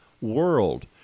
world